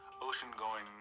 ocean-going